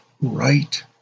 right